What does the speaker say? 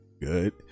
good